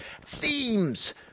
themes